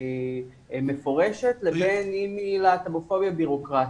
מפורשת לבין אם היא להטומופוביה בירוקרטית.